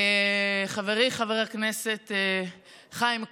חברי חבר הכנסת חיים כץ,